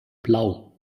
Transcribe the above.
blau